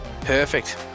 perfect